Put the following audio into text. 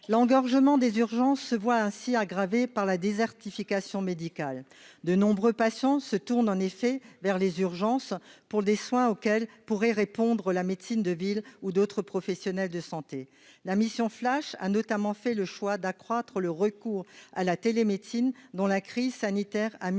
l'engorgement des urgences se voit ainsi aggravée par la désertification médicale de nombreux patients se tournent en effet vers les urgences pour des soins auxquels pourrait répondre : la médecine de ville ou d'autres professionnels de santé, la mission flash a notamment fait le choix d'accroître le recours à la télémédecine dont la crise sanitaire, a mis en